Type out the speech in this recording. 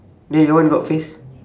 then your one got face